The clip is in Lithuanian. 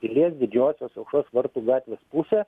pilies didžiosios aušros vartų gatvės pusė